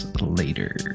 later